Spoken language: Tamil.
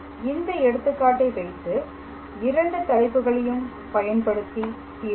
இந்த எடுத்துக்காட்டை வைத்து இரண்டு தலைப்புகளையும் பயன்படுத்தி தீர்ப்போம்